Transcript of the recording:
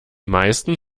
meisten